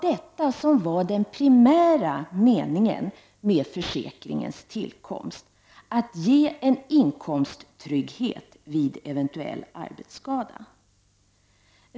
Detta var den primära meningen med försäkringens tillkomst, dvs. att ge inkomsttrygghet vid eventuell arbetsskada.